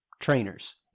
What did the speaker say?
trainers